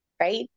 right